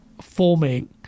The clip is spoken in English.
forming